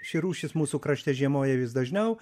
ši rūšis mūsų krašte žiemoja vis dažniau